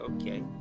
okay